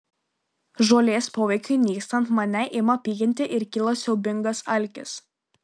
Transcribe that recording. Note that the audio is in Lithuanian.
žolės poveikiui nykstant mane ima pykinti ir kyla siaubingas alkis